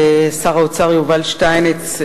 שר האוצר יובל שטייניץ,